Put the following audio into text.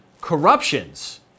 corruptions